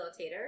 facilitator